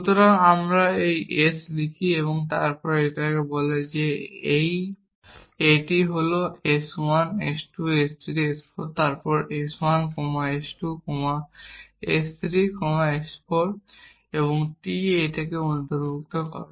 সুতরাং আমরা এই s লিখি এই হিসাবে এটি বলে যে এটি হল s 1 s 2 s 3 s 4 তারপর s 1 comma s 2 comma s 3 comma s 4 এবং t এটিকে অন্তর্ভুক্ত করে